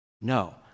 No